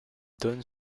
donne